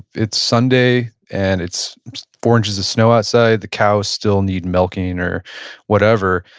it's sunday and it's four inches of snow outside, the cows still need milking or whatever.